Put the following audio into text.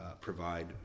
provide